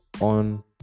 on